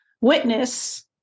witness